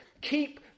Keep